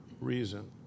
reason